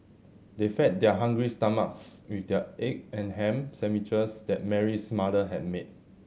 they fed their hungry stomachs with the egg and ham sandwiches that Mary's mother had made